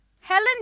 Helen